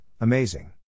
amazing